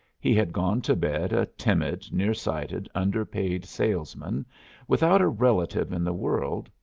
he had gone to bed a timid, near-sighted, underpaid salesman without a relative in the world,